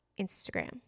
Instagram